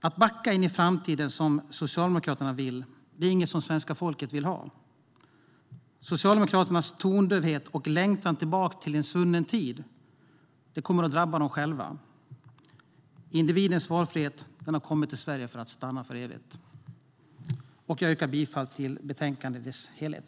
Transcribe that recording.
Att backa in i framtiden, som Socialdemokraterna vill, är inget som svenska folket vill. Socialdemokraternas tondövhet och längtan tillbaka till en svunnen tid kommer att drabba dem själva. Individens valfrihet har kommit till Sverige för att stanna för evigt. Jag yrkar bifall till förslaget i betänkandet i dess helhet.